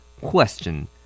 Question